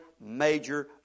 major